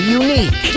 unique